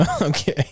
Okay